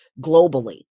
globally